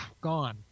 Gone